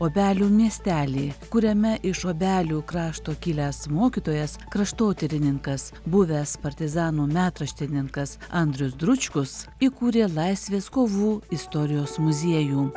obelių miestelį kuriame iš obelių krašto kilęs mokytojas kraštotyrininkas buvęs partizanų metraštininkas andrius dručkus įkūrė laisvės kovų istorijos muziejų